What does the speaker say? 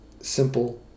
simple